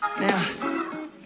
Now